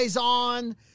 on